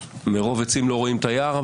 מרוב עצים לא רואים את היער,